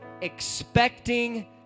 expecting